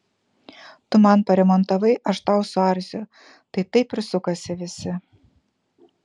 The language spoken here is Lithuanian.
tu man paremontavai aš tau suarsiu tai taip ir sukasi visi